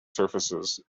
surfaces